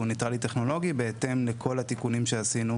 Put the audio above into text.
ניטרלי טכנולוגי בהתאם לכל התיקונים שעשינו,